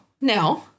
no